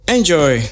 Enjoy